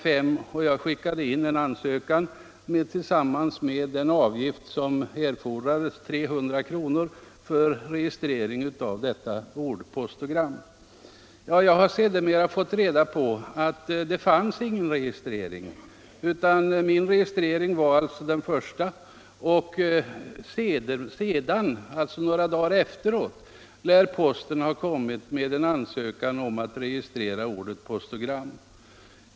5 hann jag lämna in en ansökan tillsammans med den avgift som erfordrades för registrering av ordet postogram, 300 kr. Jag har sedermera fått reda på att det tidigare inte fanns någon registrering utan att min var den första. Några dagar senare lär posten ha gett in en ansökan om att få registrera ordet postogram.